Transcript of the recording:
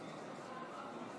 הישיבה,